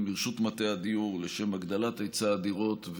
לרשות מטה הדיור לשם הגדלת היצע הדירות.